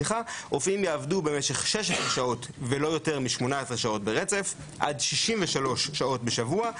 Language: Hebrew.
רופאים יעבדו במשך 16 שעות ולא יותר מ-18 שעות ברצף ועד 63 שעות בשבוע.